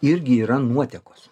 irgi yra nuotekos